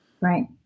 Right